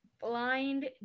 blind